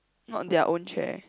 not their own chair